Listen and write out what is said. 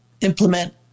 implement